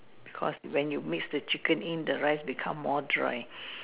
cause when you make the chicken in the rice become more dry